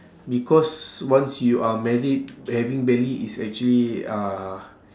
because once you are married having belly is actually uh